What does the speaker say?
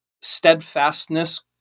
steadfastness